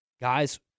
guys